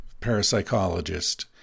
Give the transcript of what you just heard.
parapsychologist